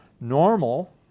normal